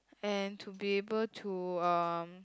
and to be able to um